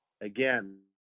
again